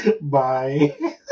Bye